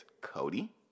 Cody